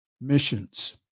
missions